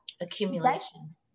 accumulation